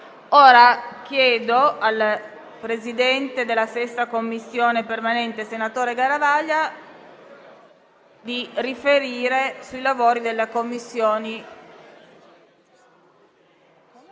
il presidente della 6a Commissione permanente, senatore Garavaglia, per riferire sui lavori della Commissione.